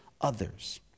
others